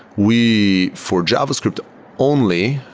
we, for javascript only,